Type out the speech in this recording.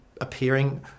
appearing